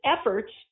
efforts